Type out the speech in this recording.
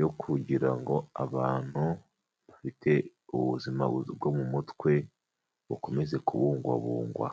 yo kugira ngo abantu bafite ubuzima bwo mu mutwe bukomeze kubungwabungwa.